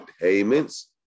payments